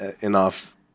enough